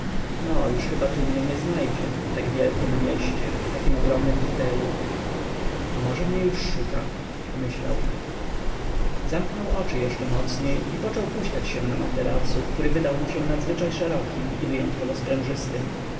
no już chyba tu mnie nie znajdzie w tak wielkiem mieście w takim ogromnym hotelu a może mnie już szuka pomyślał zamknął oczy jeszcze mocniej i począł huśtać się na materacu który wydał mu się nadzwyczajnie szerokim i wyjątkowo sprężystym był